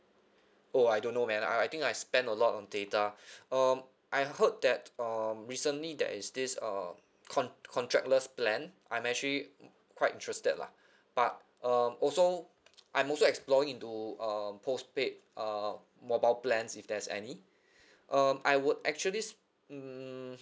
oh I don't know man uh I think I spend a lot on data um I heard that um recently there is this uh con~ contractless plan I'm actually quite interested lah but uh also I'm also exploring into a postpaid uh mobile plans if there's any um I would actually sp~ mm